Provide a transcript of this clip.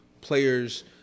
players